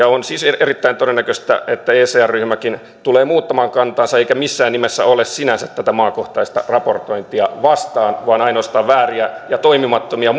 on siis erittäin todennäköistä että ecr ryhmäkin tulee muuttamaan kantaansa eikä se missään nimessä ole sinänsä tätä maakohtaista raportointia vastaan vaan ainoastaan vääriä ja toimimattomia